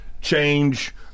change